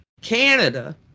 Canada